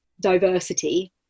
diversity